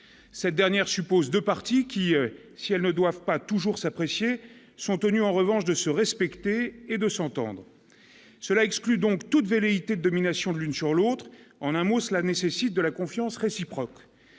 cette dernière suppose de partis qui, si elles ne doivent pas toujours s'apprécier sont tenus en revanche de se respecter et de s'entendre cela exclut donc toute velléité domination de l'une sur l'autre, en un mot, cela nécessite de la confiance réciproque,